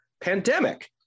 pandemic